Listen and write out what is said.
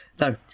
no